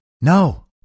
No